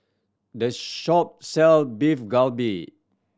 the shop sell Beef Galbi